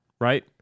right